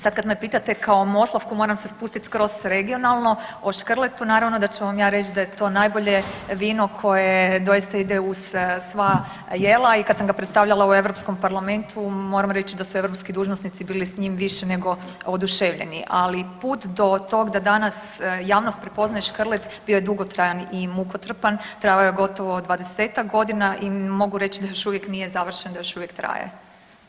Sad kad me pitate kao Moslavku moram se spustit skroz regionalno, o škrletu naravno da ću vam ja reć da je to najbolje vino koje doista ide uz sva jela i kad sam ga predstavljala u Europskom parlamentu moram reći da su europski dužnosnici bili s njim više nego oduševljeni, ali put do tog da danas javnost prepoznaje škrlet bio je dugotrajan i mukotrpan, trajao je gotovo 20-tak godina i mogu reć da još uvijek nije završen i još uvijek traje.